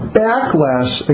backlash